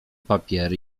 papiery